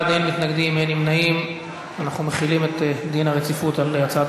הרווחה והבריאות על רצונה להחיל דין רציפות על הצעת